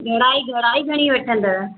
घणाई घणाई घणी वठंदव